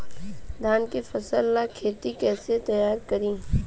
धान के फ़सल ला खेती कइसे तैयार करी?